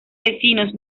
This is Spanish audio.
vecinos